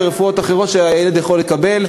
ורפואות אחרות שהילד יכול לקבל.